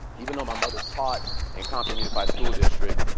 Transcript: even though my mother taught in compton unified school district,